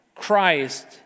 Christ